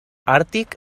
àrtic